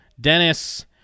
Dennis